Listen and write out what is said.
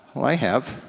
well i have.